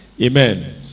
Amen